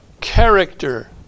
character